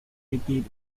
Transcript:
repeats